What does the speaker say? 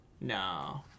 No